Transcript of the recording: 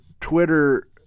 Twitter